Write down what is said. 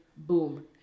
Boom